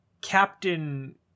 Captain